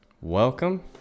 welcome